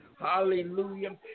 Hallelujah